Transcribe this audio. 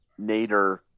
Nader